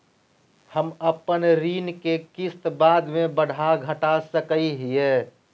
हम अपन ऋण के किस्त बाद में बढ़ा घटा सकई हियइ?